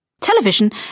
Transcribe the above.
Television